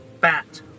bat